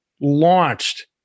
launched